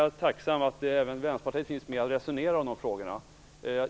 Jag är tacksam för att även Vänsterpartiet är med i resonemangen om de frågorna.